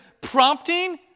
prompting